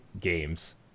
games